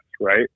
right